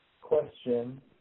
Question